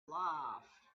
laughed